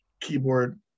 keyboard